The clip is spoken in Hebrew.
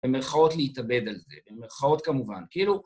במרכאות להתאבד על זה, במרכאות כמובן, כאילו...